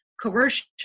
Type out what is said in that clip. coercion